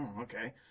okay